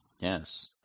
Yes